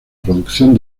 producción